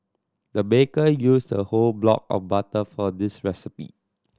the baker used a whole block of butter for this recipe